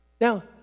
Now